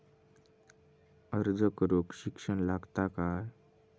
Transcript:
अर्ज करूक शिक्षण लागता काय?